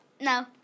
No